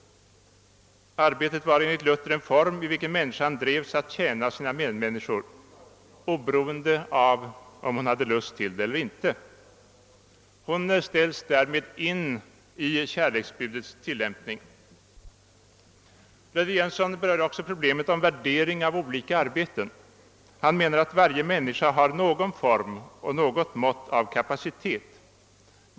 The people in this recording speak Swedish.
Arbetet var enligt Luther en form genom vilken människan drevs att tjäna sina medmänniskor, oberoende av om hon hade lust till det eller inte. Hon kommer därmed in under kärleksbudets tillämpning. Ludvig Jönsson berör också problemet om värderingar av olika arbeten. Han menar att varje människa har någon form och något mått av kapacitet.